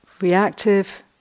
reactive